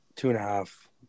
two-and-a-half